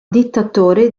dittatore